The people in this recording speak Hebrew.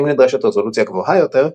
אם נדרשת רזולוציה גבוהה יותר,